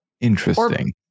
interesting